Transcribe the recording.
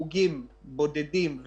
חיימוביץ' בדיון במליאה,